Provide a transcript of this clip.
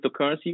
cryptocurrency